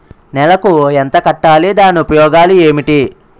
నెలకు ఎంత కట్టాలి? దాని ఉపయోగాలు ఏమిటి?